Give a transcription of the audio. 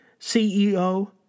CEO